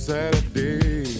Saturday